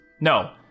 No